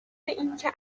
اینکه